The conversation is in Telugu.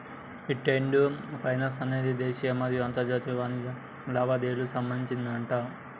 ఈ ట్రేడ్ ఫైనాన్స్ అనేది దేశీయ మరియు అంతర్జాతీయ వాణిజ్య లావాదేవీలకు సంబంధించిందట